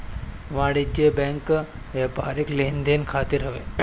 वाणिज्यिक बैंक व्यापारिक लेन देन खातिर हवे